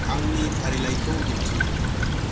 आंनि फारिलाइखौ दिन्थि